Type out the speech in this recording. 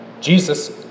Jesus